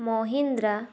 Mahindra